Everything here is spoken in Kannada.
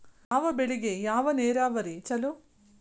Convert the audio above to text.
ಯಾವ ಬೆಳಿಗೆ ಯಾವ ನೇರಾವರಿ ಛಲೋ?